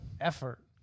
effort